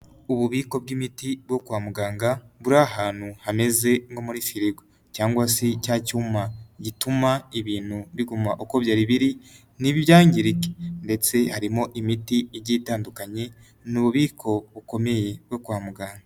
Ububiko bw'imiti bwo kwa muganga buri ahantu hameze nko muri firigo cyangwa se cya cyuma gituma ibintu biguma uko byari biri ntibyangirike ndetse harimo imiti igiye itandukanye. Ni ububiko bukomeye bwo kwa muganga.